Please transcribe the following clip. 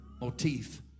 motif